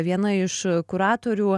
viena iš kuratorių